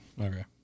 Okay